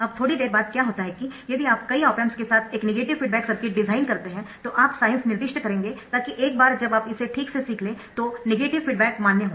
अब थोड़ी देर बाद क्या होता है कि यदि आप कई ऑप एम्प्स के साथ एक नेगेटिव फीडबैक सर्किट डिज़ाइन करते है तो आप साइन्स निर्दिष्ट करेंगे ताकि एक बार जब आप इसे ठीक से सीख लें तो ननेगेटिव फीडबैक मान्य हो